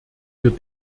wir